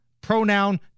pronoun